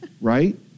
right